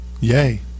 Yay